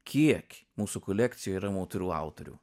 kiek mūsų kolekcijoj yra moterų autorių